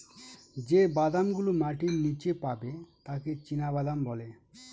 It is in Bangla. যে বাদাম গুলো মাটির নীচে পাবে তাকে চীনাবাদাম বলে